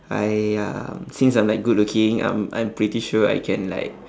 I um since I'm like good looking I'm I'm pretty sure I can like